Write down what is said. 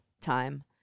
time